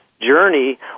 journey